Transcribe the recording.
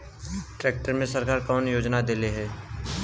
Tractor मे सरकार कवन योजना देले हैं?